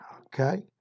okay